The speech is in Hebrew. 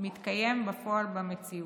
מתקיים בפועל במציאות.